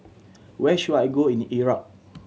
where should I go in Iraq